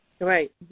Right